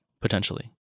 potentially